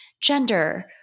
gender